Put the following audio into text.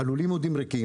הלולים עומדים ריקים,